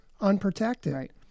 unprotected